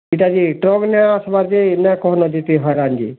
ଇ'ଟାକେ truck ନାଇ ଆସ୍ବାର୍ ଯେ ନାଇ କହନ ଯେତେ ହଇରାନ୍ ଯେ